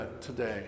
today